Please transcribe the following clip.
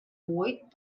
white